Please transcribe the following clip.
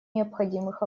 необходимых